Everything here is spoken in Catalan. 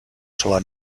sola